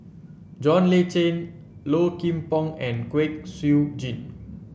John Le Cain Low Kim Pong and Kwek Siew Jin